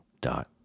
dot